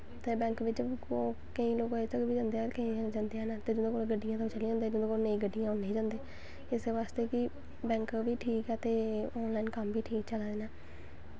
ते बैंक बिच्च अज्ज कल बी जंदे न ते केईं गड्डियां होन ते चली जंदे नेईं होन ते नेईं जंदे इस बास्तै कि बैंक बी ठीक ऐ ते ऑन लाईन कम्म बी ठीक चला'रदे न